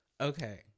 Okay